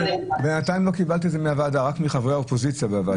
בינתיים לא קיבלת את זה מהוועדה אלא רק מחברי האופוזיציה בוועדה.